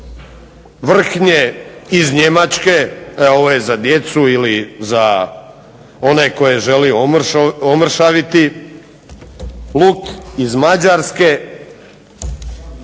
Vrhnje iz Njemačke, ovo je za djecu ili za one koji žele omršaviti. Luk iz Mađarske,